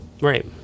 Right